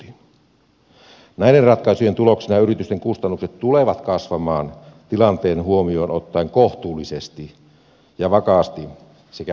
näiden ratkaisujen tuloksena yritysten kustannukset tulevat kasvamaan tilanteen huomioon ottaen kohtuullisesti ja vakaasti sekä maltillisesti